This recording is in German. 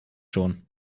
schon